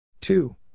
Two